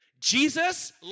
Jesus